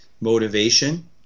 motivation